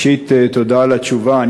ראשית, תודה על התשובה.